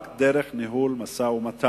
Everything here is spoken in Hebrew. רק דרך ניהול משא-ומתן,